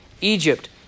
Egypt